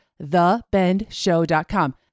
thebendshow.com